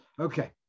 Okay